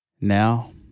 Now